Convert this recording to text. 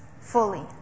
fully